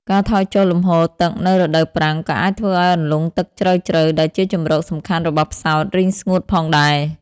ការថយចុះលំហូរទឹកនៅរដូវប្រាំងក៏អាចធ្វើឱ្យអន្លង់ទឹកជ្រៅៗដែលជាជម្រកសំខាន់របស់ផ្សោតរីងស្ងួតផងដែរ។